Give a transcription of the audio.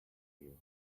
you